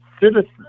citizen